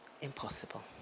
impossible